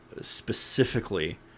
specifically